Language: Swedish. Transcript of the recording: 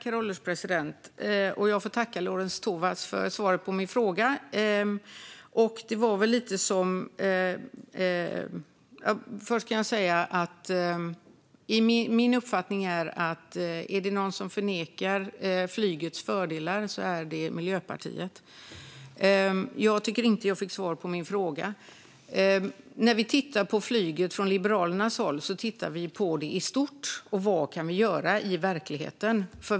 Herr ålderspresident! Jag tackar Lorentz Tovatt för svaret på min fråga. Min uppfattning är att om det är någon som förnekar flygets fördelar är det Miljöpartiet. Jag tycker inte att jag fick svar på min fråga. När vi i Liberalerna tittar på flyget tittar vi på det i stort och på vad vi kan göra i verkligheten.